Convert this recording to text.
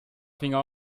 finger